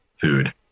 food